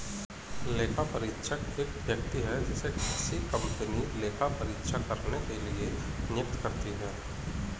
लेखापरीक्षक एक व्यक्ति है जिसे किसी कंपनी लेखा परीक्षा करने के लिए नियुक्त करती है